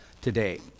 today